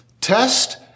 Test